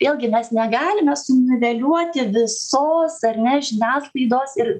vėlgi mes negalime suniveliuoti visos ar ne žiniasklaidos ir